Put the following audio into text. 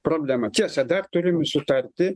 problema tiesa dar turim sutarti